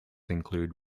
include